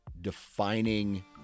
defining